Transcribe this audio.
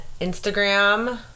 Instagram